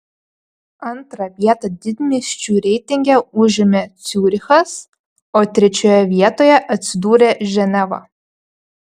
antrą vietą didmiesčių reitinge užėmė ciurichas o trečioje vietoje atsidūrė ženeva